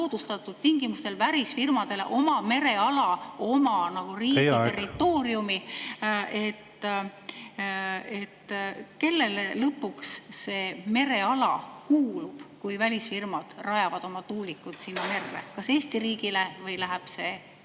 soodustatud tingimustel välisfirmadele oma mereala, oma territooriumi. Teie aeg! Kellele lõpuks see mereala kuulub, kui välisfirmad rajavad oma tuulikud sinna merre: kas Eesti riigile või läheb see